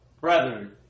brethren